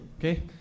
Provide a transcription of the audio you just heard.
okay